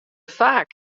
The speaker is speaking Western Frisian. faak